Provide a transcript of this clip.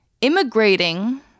immigrating